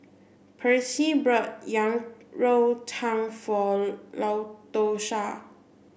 Percy brought Yang Rou Tang for Latosha